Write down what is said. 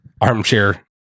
armchair